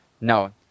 no